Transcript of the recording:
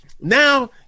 now